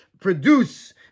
produce